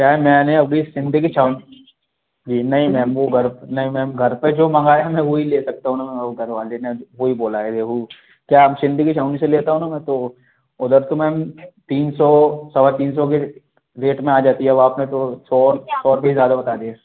क्या है नया नया वह भी सिंधी की छाव जी नहीं मैम वह घर नहीं मैम घर पर जो मंगाया है मैं वही ले सकता हूँ न वह घर वाले ने वही बोला है रेहू क्या सिंधी की छावनी से लेता हूँ न मैम तो उधर तो मैम मैम सो सवा तीन सौ के रेट में आ जाती है अपने तो सौ सौ रुपये ज़्यादा बता दिए